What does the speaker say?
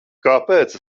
kāpēc